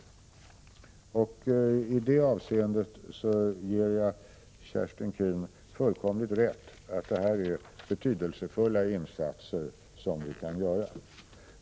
I det avseendet ger jag Kerstin Keen fullständigt rätt — det här är betydelsefulla insatser som vi kan göra.